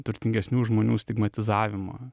turtingesnių žmonių stigmatizavimo